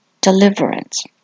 deliverance